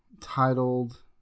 titled